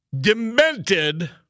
demented